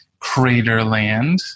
Craterland